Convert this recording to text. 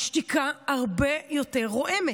השתיקה הרבה יותר רועמת.